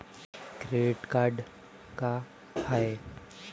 Credit card का हाय?